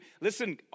listen